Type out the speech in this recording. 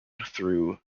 through